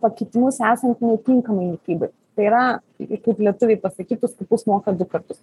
pakitimus esant netinkamai mitybai tai yra ir kaip lietuviai pasakytų skupus moka du kartus